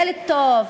מה זה ילד טוב,